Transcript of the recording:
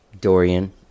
Dorian